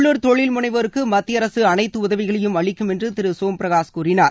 உள்ளூர் தொழில் முனைவோருக்கு மத்திய அரசு அனைத்து உதவிகளையும் அளிக்கும் என்று திரு சோம் பிரகாஷ் கூறினார்